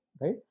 right